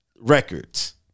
records